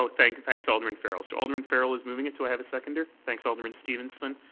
oh, thanks thanks alderman farrell. so alderman farrell is moving it. do i have a seconder? thanks, alderman stevenson.